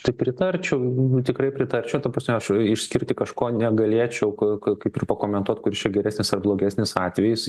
tai pritarčiau nu tikrai pritarčiau ta prasme aš išskirti kažko negalėčiau k kai kaip ir pakomentuot kuris čia geresnis ar blogesnis atvejis